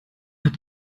hat